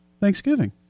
Thanksgiving